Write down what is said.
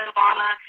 Obama